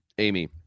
Amy